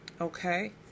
Okay